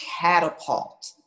catapult